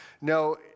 No